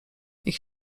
ich